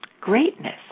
greatness